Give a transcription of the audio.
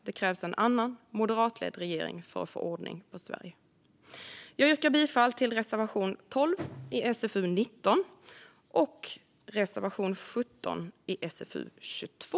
Det krävs en annan regering, en moderatledd sådan, för att få ordning på Sverige. Jag yrkar bifall till reservation 12 i SfU19 och till reservation 17 i SfU22.